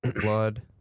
Blood